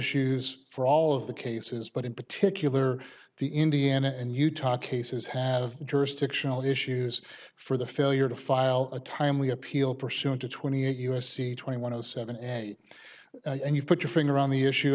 issues for all of the cases but in particular the indiana and utah cases have jurisdictional issues for the failure to file a timely appeal pursuant to twenty eight u s c twenty one of seven and eight and you put your finger on the issue